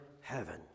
heaven